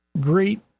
great